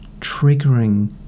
triggering